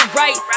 right